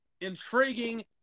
intriguing